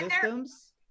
systems